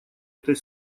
этой